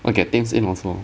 like I think same also